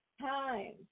time